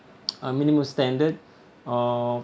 a minimum standard of